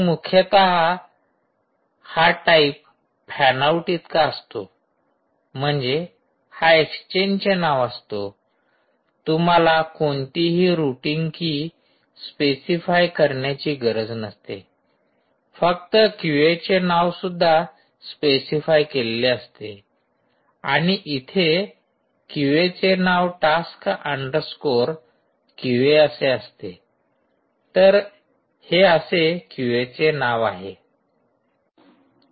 मग मुख्यतः हा टाईप फॅन आऊट इतका असतो म्हणजे हा एक्सचेंजचे नाव असतो तुम्हाला कोणतीही रुटिंग की स्पेसिफाय करण्याची गरज नसते फक्त क्यूएचे नाव सुद्धा स्पेसिफाय केलेले असते आणि इथे क्यूएचे नाव टास्क अंडरस्कोअर क्यूए असे असते तर हे असे क्यूएचे नाव आहे